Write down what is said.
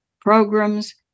programs